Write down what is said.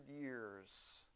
years